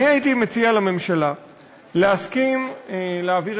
אני הייתי מציע לממשלה להסכים להעביר